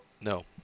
No